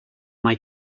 mae